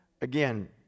Again